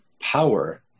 power